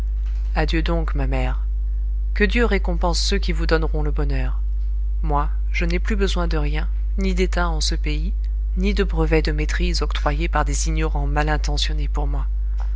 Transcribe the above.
adieu donc ma mère que dieu récompense ceux qui vous donneront le bonheur moi je n'ai plus besoin de rien ni d'état en ce pays ni de brevet de maîtrise octroyé par des ignorants mal intentionnés pour moi